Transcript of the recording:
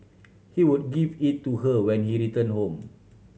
he would give it to her when he returned home